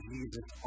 Jesus